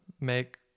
make